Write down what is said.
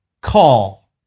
call